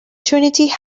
trinity